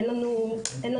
אין לנו מיטות